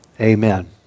Amen